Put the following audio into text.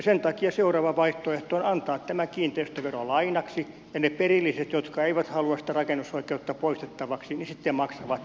sen takia seuraava vaihtoehto on antaa tämä kiinteistövero lainaksi ja ne perilliset jotka eivät halua sitä rakennusoikeutta poistettavaksi sitten maksavat sen siitä perinnöstä myöhemmin